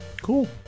Cool